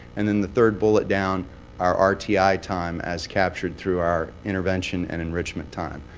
and then the third bullet down our our rti time, as captured through our intervention and enrichment time.